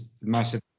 massive